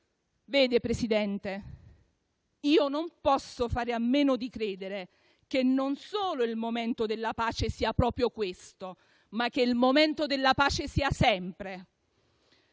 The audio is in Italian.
signor Presidente, io non posso fare a meno di credere che non solo il momento della pace sia proprio questo, ma che il momento della pace sia sempre.